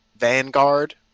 Vanguard